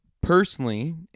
personally